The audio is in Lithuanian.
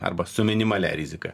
arba su minimalia rizika